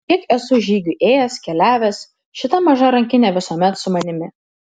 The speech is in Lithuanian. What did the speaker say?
kiek esu žygių ėjęs keliavęs šita maža rankinė visuomet su manimi